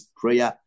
prayer